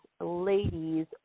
ladies